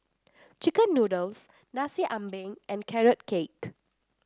chicken noodles Nasi Ambeng and Carrot Cake